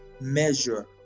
measure